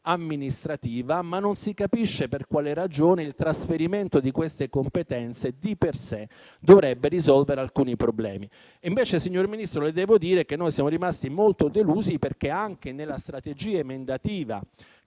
amministrativa - ma non si capisce per quale ragione il trasferimento di queste competenze di per sé dovrebbe risolvere alcuni problemi. Invece, signor Ministro, le devo dire che siamo rimasti molto delusi perché anche nella strategia emendativa